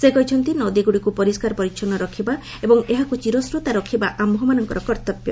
ସେ କହିଛନ୍ତି ନଦୀଗୁଡ଼ିକୁ ପରିସ୍କାର ପରିଚ୍ଛନ୍ନ ରଖିବା ଏବଂ ଏହାକୁ ଚୀରସ୍ରୋତା ରଖିବା ଆୟମାନଙ୍କର କର୍ତ୍ତବ୍ୟ